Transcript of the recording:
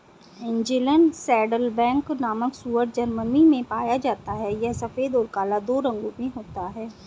Angeln saddleback नामक सूअर Germany में पाया जाता है यह सफेद और काला दो रंगों में होता है